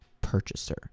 purchaser